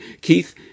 Keith